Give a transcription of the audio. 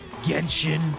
Genshin